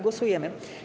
Głosujemy.